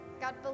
God